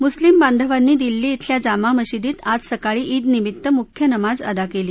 मुस्लीम बांधवांनी दिल्ली बेल्या जामा मशिदीत आज सकाळी ईदनिमीत्त मुख्य नमाज अदा कली